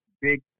big